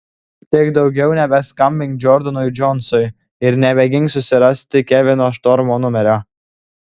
tik daugiau nebeskambink džordanui džonsui ir nemėgink susirasti kevino štormo numerio